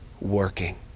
working